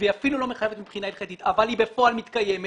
והיא אפילו לא מחייבת מבחינה הלכתית אבל היא בפועל מתקיימת